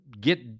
get